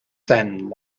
send